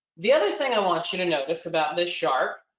the other thing i want you to notice about this shark,